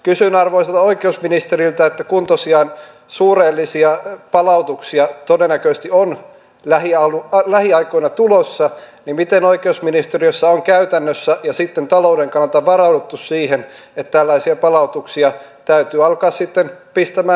kysyn arvoisalta oikeusministeriltä kun tosiaan suurellisia palautuksia todennäköisesti on lähiaikoina tulossa miten oikeusministeriössä on käytännössä ja sitten talouden kannalta varauduttu siihen että tällaisia palautuksia täytyy alkaa pistämään toimeen